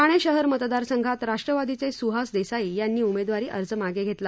ठाणे शहर मतदारसंघात राष्ट्रवादीचे सु्हास देसाई यांनी उमेदवारी अर्ज मागे घेतला